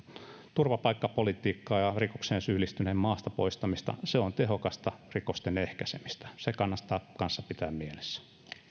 turvapaikkapolitiikkaa ja rikokseen syyllistyneen maasta poistamista se on tehokasta rikosten ehkäisemistä se kannattaa kanssa pitää mielessä